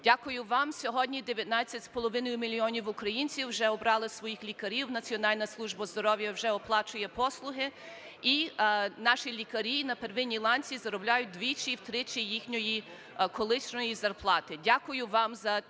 Дякую вам, сьогодні 19,5 мільйонів українців вже обрали своїх лікарів, Національна служба здоров'я вже оплачує послуги, і наші лікарі на первинній ланці заробляють вдвічі і втричі їхньої колишньої зарплати. Дякую вам за цю